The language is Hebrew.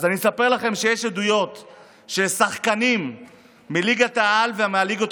אז אני אספר לכם שיש עדויות על שחקנים מליגת-העל ומהליגות